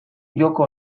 joko